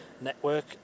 network